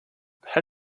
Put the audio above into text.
how